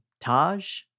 Taj